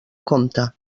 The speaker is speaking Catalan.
compte